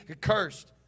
cursed